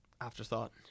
afterthought